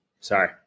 Sorry